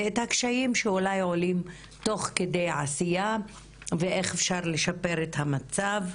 והקשיים שאולי עולים תוך כדי עשייה ואיך אפשר לשפר את המצב.